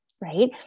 Right